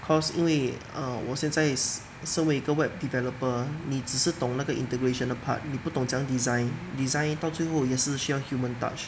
cause 因为 err 我现在身为一个 web developer 你只是懂那个 integration 的 part 你不懂怎么样 design design 到最后也是需要 human touch